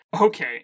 Okay